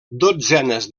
dotzenes